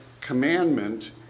commandment